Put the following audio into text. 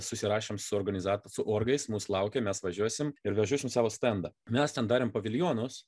susirašėm su organizat su orgais mūsų laukia mes važiuosim ir vežiosim savo stendą mes ten darėm paviljonus